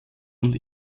und